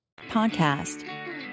Podcast